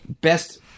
Best